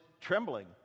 trembling